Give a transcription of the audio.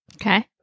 Okay